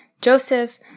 Joseph